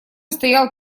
стоял